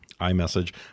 iMessage